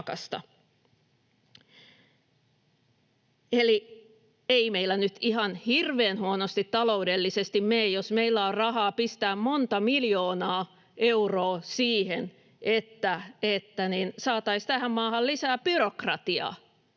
Eli ei meillä nyt ihan hirveän huonosti taloudellisesti mene, jos meillä on rahaa pistää monta miljoonaa euroa siihen, että saataisiin tähän maahan lisää byrokratiaa